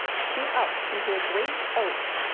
shoot up into a great oak,